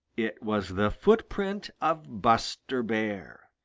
it was the footprint of buster bear.